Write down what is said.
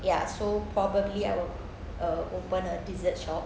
ya so probably I will uh open a dessert shop